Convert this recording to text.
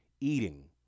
eating